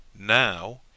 now